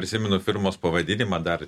prisimenu firmos pavadinimą dar